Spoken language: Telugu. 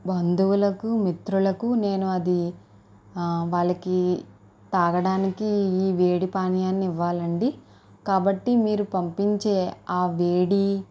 బంధువులకు మిత్రులకు నేను అదీ ఆ వాళ్ళకి తాగడానికి ఈ వేడి పానీయాన్ని ఇవ్వాలండి కాబట్టి మీరు పంపించే ఆ వేడి